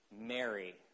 Mary